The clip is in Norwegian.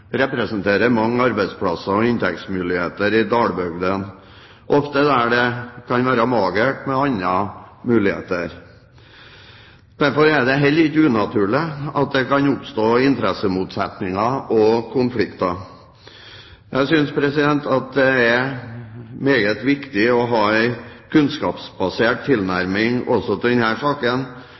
representerer mange arbeidsplasser og inntektsmuligheter i dalbygdene våre, ofte der det kan være magert med andre muligheter. Derfor er det heller ikke unaturlig at det kan oppstå interessemotsetninger og konflikter. Jeg synes det er meget viktig å ha en kunnskapsbasert tilnærming også til denne saken.